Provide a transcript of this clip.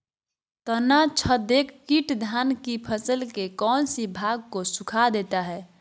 तनाछदेक किट धान की फसल के कौन सी भाग को सुखा देता है?